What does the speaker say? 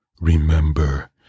remember